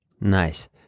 Nice